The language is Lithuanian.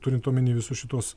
turint omeny visus šituos